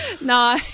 No